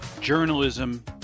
journalism